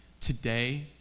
today